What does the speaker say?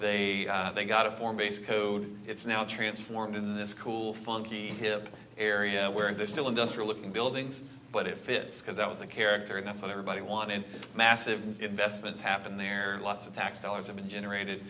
area they got a form base code it's now transformed in this cool funky hip area where there's still industrial looking buildings but it fits because that was a character that's what everybody wanted massive investments happen there and lots of tax dollars have been generated